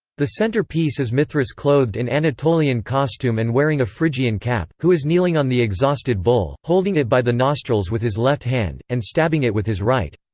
the centre-piece is mithras clothed in anatolian costume and wearing a phrygian cap who is kneeling on the exhausted bull, holding it by the nostrils with his left hand, and stabbing it with his right.